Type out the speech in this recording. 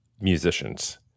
musicians